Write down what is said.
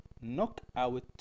knockout